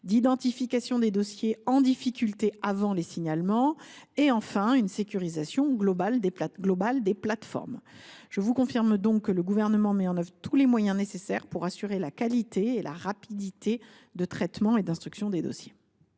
d’identification des dossiers en difficulté avant leur signalement et, enfin, une sécurisation globale des plateformes. Je vous confirme donc que le Gouvernement met en œuvre tous les moyens nécessaires pour assurer la qualité et la rapidité du traitement et de l’instruction des dossiers.